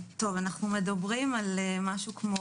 כולם מדברים על תקציב.